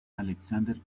alexander